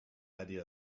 idea